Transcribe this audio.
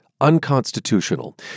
unconstitutional